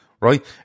Right